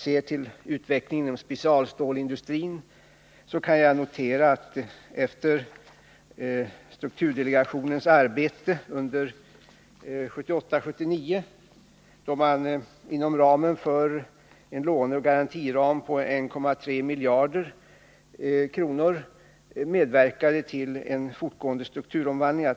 Ser man på utvecklingen inom specialstålsindustrin kan man notera att strukturdelegationens arbete under 1978 och 1979 har varit relativt framgångsrikt. Inom ramen för en låneoch garantiram på 1,3 miljarder kronor har man medverkat till en fortgående strukturomvandling.